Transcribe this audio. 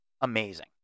amazing